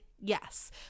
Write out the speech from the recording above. Yes